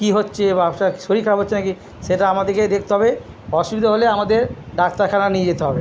কী হচ্ছে বা শরীর খারাপ হচ্ছে না কি সেটা আমাদেরকেই দেখতে হবে অসুবিধা হলে আমাদের ডাক্তারখানা নিয়ে যেতে হবে